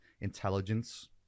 intelligence